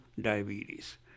diabetes